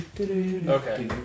Okay